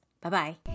Bye-bye